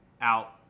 out